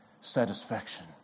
satisfaction